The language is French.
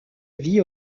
vie